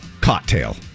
Cocktail